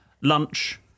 Lunch